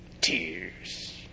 Tears